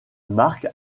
marque